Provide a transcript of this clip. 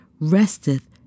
resteth